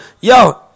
yo